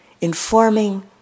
informing